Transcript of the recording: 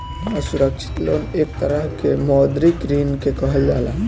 असुरक्षित लोन एक तरह के मौद्रिक ऋण के कहल जाला